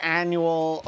annual